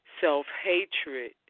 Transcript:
self-hatred